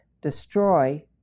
destroy